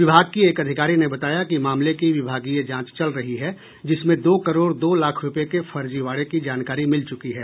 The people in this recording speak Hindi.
विभाग की एक अधिकारी ने बताया कि मामले की विभागीय जांच चल रही है जिसमें दो करोड़ दो लाख रूपये के फर्जीवाड़े की जानकारी मिल चुकी है